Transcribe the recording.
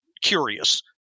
curious